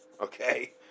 okay